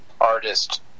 artist